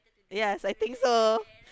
ya I think so